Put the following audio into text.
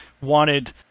wanted